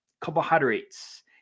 carbohydrates